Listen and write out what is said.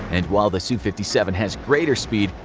and while the su fifty seven has greater speed,